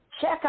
Check